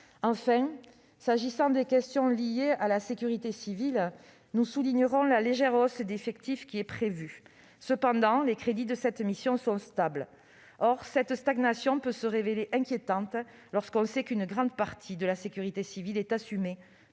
Enfin, s'agissant des questions liées à la sécurité civile, nous soulignerons la légère hausse d'effectifs qui est prévue. Cependant, les crédits de cette mission sont stables. Or cette stagnation peut se révéler inquiétante, lorsque l'on sait qu'une grande partie de la sécurité civile est assumée